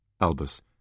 Albus